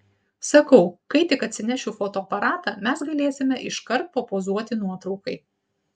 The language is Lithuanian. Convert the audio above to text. sakau kai tik atsinešiu fotoaparatą mes galėsime iškart papozuoti nuotraukai